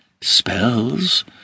spells